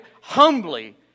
humbly